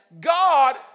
God